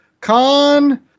Con